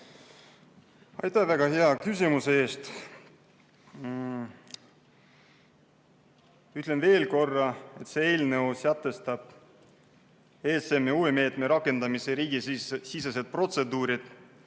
Aitäh väga hea küsimuse eest! Ütlen veel korra, et see eelnõu sätestab ESM‑i uue meetme rakendamise riigisisesed protseduurid.